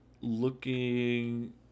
looking